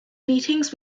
meetings